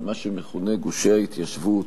במה שמכונה גושי ההתיישבות?